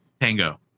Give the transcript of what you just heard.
tango